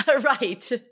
Right